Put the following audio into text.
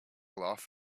laugh